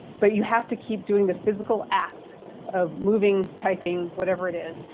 but, you have to keep doing the physical act of moving, typing, whatever it is.